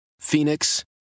Phoenix